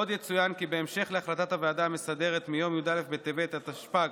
עוד יצוין כי בהמשך להחלטת הוועדה המסדרת מיום י"א בטבת התשפ"ג,